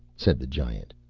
said the giant.